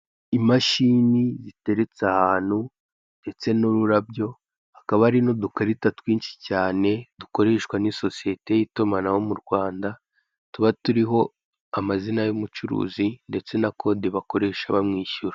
Imashini ziteretse ahantu ndetse n'ururabyo hakaba hari n'udukarita twinshi cyane dukoreshwa nisosiyete y'itumanaho murwanda tuba turiho amazina y'umucuruzi ndetse na kode bakoresha bamwishyura.